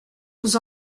vous